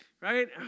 Right